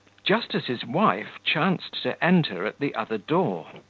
just as his wife chanced to enter at the other door.